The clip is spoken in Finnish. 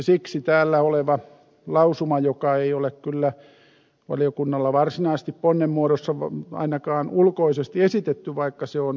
siksi tärkeä on täällä oleva lausuma joka ei ole kyllä valiokunnalla varsinaisesti ponnen muodossa ainakaan ulkoisesti esitetty vaikka se on